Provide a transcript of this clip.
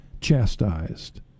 chastised